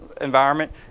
environment